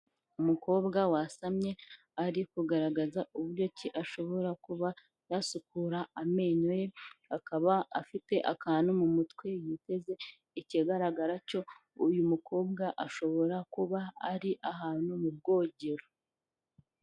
Umukobwa wasamye ari kugaragaza uburyo ki ashobora kuba yasukura amenyo ye akaba afite akantu mu mutwe yiteze, ikigaragara cyo uyu mukobwa ashobora kuba ari ahantu mu bwogero.